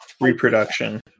reproduction